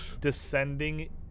descending